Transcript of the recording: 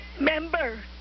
member